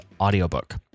audiobook